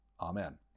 Amen